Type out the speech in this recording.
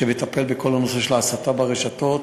שמטפל בכל הנושא של ההסתה ברשתות,